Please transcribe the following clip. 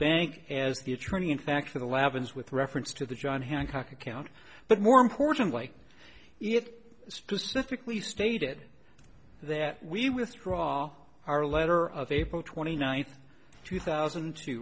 bank as the attorney in fact for the lavin is with reference to the john hancock account but more importantly it specifically stated that we withdraw our letter of april twenty ninth two thousand and two